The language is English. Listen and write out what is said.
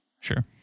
Sure